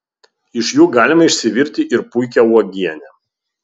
iš jų galima išsivirti ir puikią uogienę